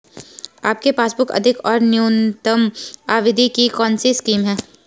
आपके पासबुक अधिक और न्यूनतम अवधि की कौनसी स्कीम है?